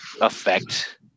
effect